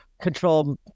control